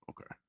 okay